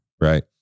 right